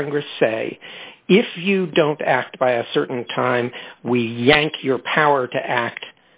congress say if you don't act by a certain time we yank your power to act